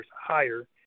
higher